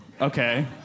Okay